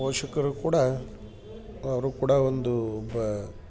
ಪೋಷಕರು ಕೂಡ ಅವರು ಕೂಡ ಒಂದು ಬ